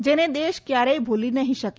જેને દેશ કયારેય ભુલી નહી શકે